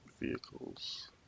Vehicles